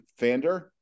Fander